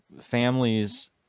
families